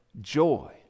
joy